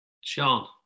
Sean